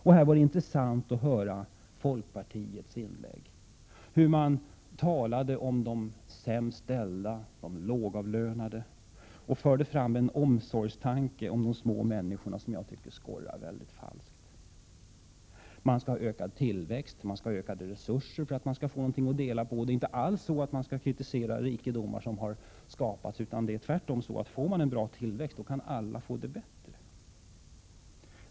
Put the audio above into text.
Och här var det intressant att höra inlägget från folkpartiets företrädare — hur det talades om de sämst ställda, de lågavlönade, och hur det fördes fram en omsorgstanke om de små människorna — något som jag tyckte skorrade väldigt falskt. Man skall ha ökad tillväxt, man skall ha ökade resurser för att man skall få någonting att dela på. Det är tydligen inte alls så att man skall kritisera rikedomar som har skapats, utan det är tvärtom så att blir det bra tillväxt, då kan alla få det bättre.